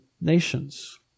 nations